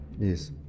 Yes